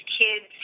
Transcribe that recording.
kids